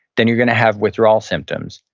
then you're gonna have withdrawal symptoms.